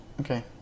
Okay